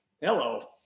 hello